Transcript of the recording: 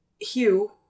Hugh